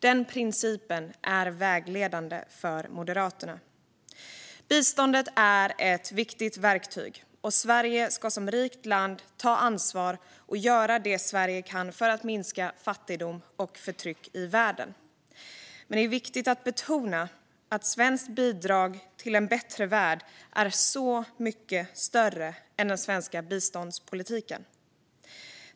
Den principen är vägledande för Moderaterna. Biståndet är ett viktigt verktyg, och Sverige ska som ett rikt land ta ansvar och göra det Sverige kan för att minska fattigdom och förtryck i världen. Men det är viktigt att betona att svenskt bidrag till en bättre värld är mycket större än den svenska biståndspolitiken.